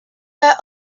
were